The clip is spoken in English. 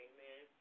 Amen